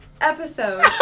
episode